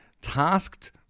tasked